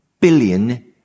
billion